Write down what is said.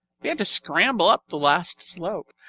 we had to scramble up the last slope!